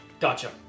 Gotcha